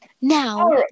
Now